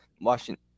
Washington